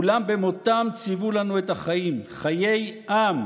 אולם במותם צוו לנו את החיים, חיי עם,